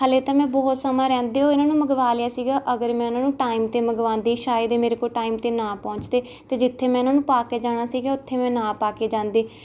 ਹਾਲੇ ਤਾਂ ਮੈਂ ਬਹੁਤ ਸਮਾਂ ਰਹਿੰਦੇ ਹੋਏ ਇਨ੍ਹਾਂ ਨੂੰ ਮੰਗਵਾ ਲਿਆ ਸੀਗਾ ਅਗਰ ਮੈਂ ਇਨ੍ਹਾਂ ਨੂੰ ਟਾਈਮ 'ਤੇ ਮੰਗਵਾਉਂਦੀ ਸ਼ਾਇਦ ਇਹ ਮੇਰੇ ਕੋਲ ਟਾਈਮ 'ਤੇ ਨਾ ਪਹੁੰਚਦੇ ਅਤੇ ਜਿੱਥੇ ਮੈਂ ਇਨ੍ਹਾਂ ਨੂੰ ਪਾ ਕੇ ਜਾਣਾ ਸੀਗਾ ਉੱਥੇ ਮੈਂ ਨਾ ਪਾ ਕੇ ਜਾਂਦੀ